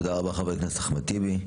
תודה רבה, ח"כ אחמד טיבי.